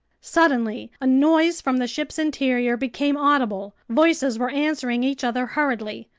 suddenly a noise from the ship's interior became audible. voices were answering each other hurriedly.